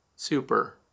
super